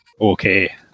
okay